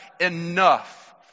enough